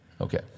Okay